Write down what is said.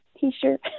T-shirt